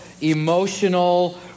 emotional